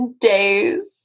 days